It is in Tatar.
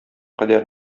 кадәр